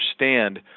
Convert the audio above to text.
understand